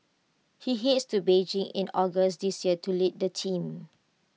he heads to Beijing in August this year to lead the team